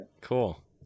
Cool